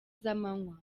z’amanywa